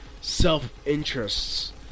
self-interests